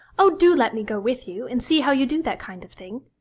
oh, do let me go with you, and see how you do that kind of thing.